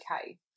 okay